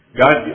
God